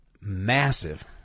massive